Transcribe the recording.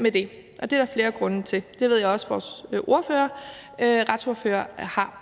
med det – det er der flere grunde til – og det ved jeg også vores retsordfører har,